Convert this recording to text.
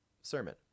sermon